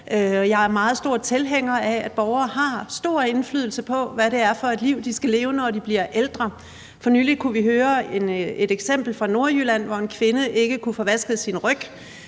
Jeg er meget stor tilhænger af, at borgere har stor indflydelse på, hvad det er for et liv, de skal leve, når de bliver ældre. For nylig kunne vi høre et eksempel fra Nordjylland, hvor en kvinde ikke kunne få vasket sin ryg,